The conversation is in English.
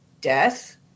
death